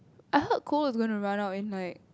I heard coal is going to run out in like